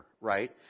right